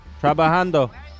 Trabajando